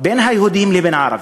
בין היהודים לבין הערבים.